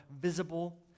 visible